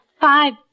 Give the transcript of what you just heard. five